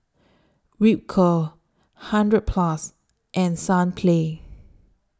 Ripcurl hundred Plus and Sunplay